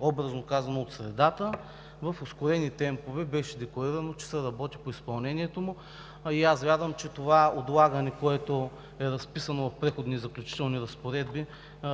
образно казано, от средата, в ускорени темпове беше декларирано, че се работи по изпълнението му. Вярвам, че това отлагане, което е разписано от Преходните и заключителните разпоредби,